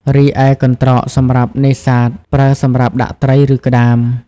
រីឯកន្រ្តកសម្រាប់នេសាទប្រើសម្រាប់ដាក់ត្រី ឬក្ដាម។